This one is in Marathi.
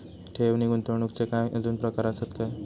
ठेव नी गुंतवणूकचे काय आजुन प्रकार आसत काय?